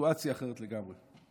לסיטואציה אחרת לגמרי.